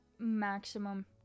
maximum